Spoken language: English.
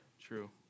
true